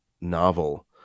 novel